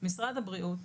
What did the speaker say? משרד הבריאות